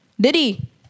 Diddy